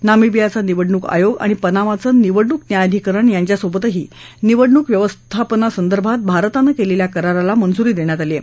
नामिबियाचा निवडणूक आयोग आणि पनामाचं निवडणूक न्यायाधिकरण यांच्यासोबतही निवडणूक व्यवस्थापनासंदर्भात भारतानं केलेल्या कराराला मंजुरी देण्यात आली आहे